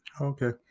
Okay